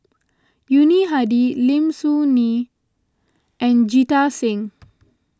Yuni Hadi Lim Soo Ngee and Jita Singh